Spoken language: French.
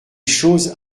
choses